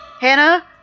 Hannah